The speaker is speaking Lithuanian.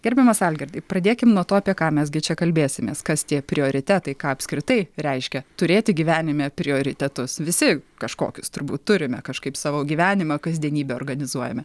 gerbiamas algirdai pradėkim nuo to apie ką mes gi čia kalbėsimės kas tie prioritetai ką apskritai reiškia turėti gyvenime prioritetus visi kažkokius turbūt turime kažkaip savo gyvenimą kasdienybę organizuojame